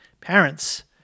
Parents